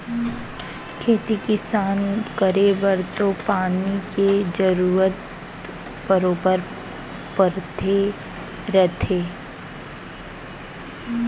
खेती किसान करे बर तो पानी के जरूरत बरोबर परते रथे